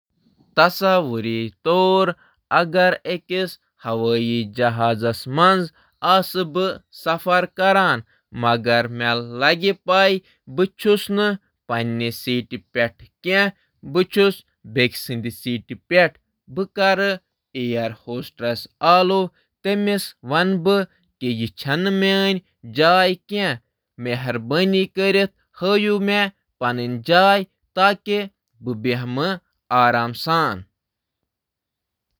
تصور کٔرِو زِ اگر بہٕ ہوٲیی جہازَس منٛز سفر کران چھُس۔ تہٕ بہٕ آسہٕ غلط سیٹس پیٹھ بِہتھ۔ بہٕ وَنَس اِیَر ہوسٹَس یہِ سیٹ چھَنہٕ مےٚ۔ مہربٲنی کٔرِتھ ہاو مےٚ میٲنۍ سیٹ۔